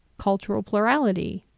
cultural plurality.